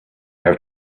have